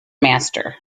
master